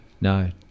No